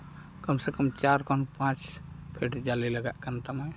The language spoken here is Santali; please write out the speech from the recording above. ᱠᱚᱢᱥᱮ ᱠᱚᱢ ᱪᱟᱨ ᱠᱷᱚᱱ ᱯᱟᱸᱪ ᱡᱟᱞᱮ ᱞᱟᱜᱟᱜ ᱠᱟᱱ ᱛᱟᱢᱟ